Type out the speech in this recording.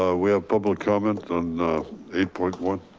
ah we have public comment on eight point one.